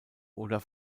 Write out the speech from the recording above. oder